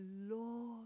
Lord